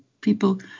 people